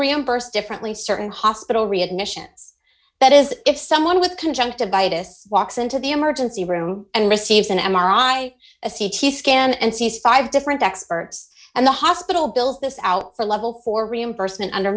reimburse differently certain hospital readmissions that is if someone with conjunctive vitus walks into the emergency room and receives an m r i a c t scan and sees five different experts and the hospital bills this out for level for reimbursement under